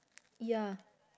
ya